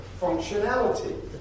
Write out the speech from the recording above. functionality